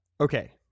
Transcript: Okay